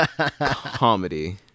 comedy